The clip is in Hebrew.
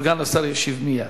סגן השר ישיב מייד.